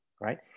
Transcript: right